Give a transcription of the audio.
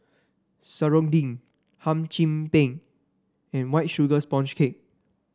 serunding Hum Chim Peng and White Sugar Sponge Cake